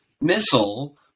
missile